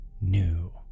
new